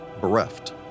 bereft